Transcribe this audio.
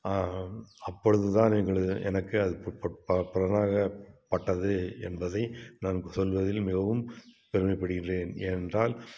அப்பொழுதுதான் எங்களது எனக்கு அது புலனாகப் பட்டது என்பதை நான் சொல்வதில் மிகவும் பெருமைப்படுகின்றேன் ஏனென்றால்